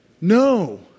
No